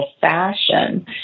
fashion